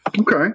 Okay